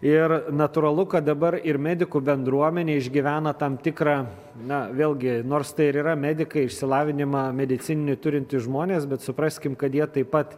ir natūralu kad dabar ir medikų bendruomenė išgyvena tam tikrą na vėlgi nors tai ir yra medikai išsilavinimą medicininį turintys žmonės bet supraskim kad jie taip pat